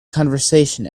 conversation